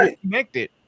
connected